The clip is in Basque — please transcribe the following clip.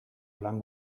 lan